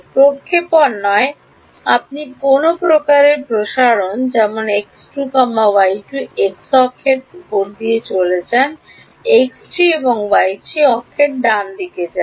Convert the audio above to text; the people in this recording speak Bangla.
প্রক্ষেপণ নয় আপনি কোনও প্রকারের প্রসারণ যেমন x2 y2 এক্স অক্ষের উপরে চলে যান x3 y3 y অক্ষের ডানদিকে যায়